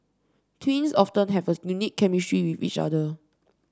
twins often have a unique chemistry with each other